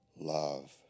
love